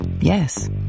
yes